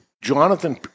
Jonathan